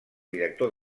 director